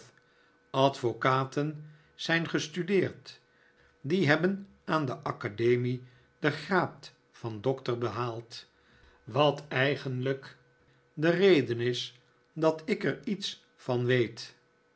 advocaten zijn gestudeerd die hebben aan de academie den graad van doctor behaald wat eigenlijk de reden is dat ik er iets van weet